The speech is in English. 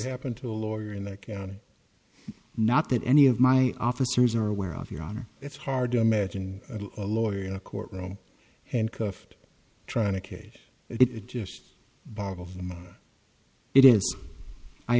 happen to a lawyer in the county not that any of my officers are aware of your honor it's hard to imagine a lawyer a courtroom and cuffed trying to cage it just boggles the mind it is i